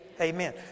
amen